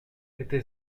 était